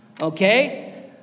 okay